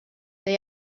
they